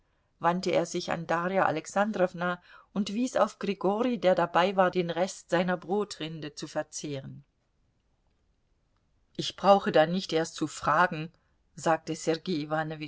wandte er sich an darja alexandrowna und wies auf grigori der dabei war den rest seiner brotrinde zu verzehren ich brauche da nicht erst zu fragen sagte sergei